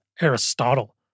Aristotle